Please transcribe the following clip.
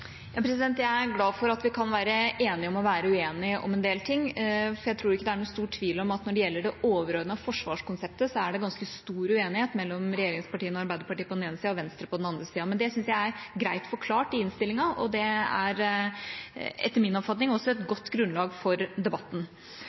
er glad for at vi kan være enige om å være uenige om en del ting, for jeg tror ikke det er noen stor tvil om at når det gjelder det overordnede forsvarskonseptet, er det ganske stor uenighet mellom regjeringspartiene og Arbeiderpartiet på den ene siden og Venstre på den andre siden. Men det syns jeg er greit forklart i innstillinga, og det er etter min oppfatning også et godt grunnlag for debatten.